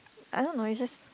I don't know it's just